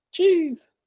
Jeez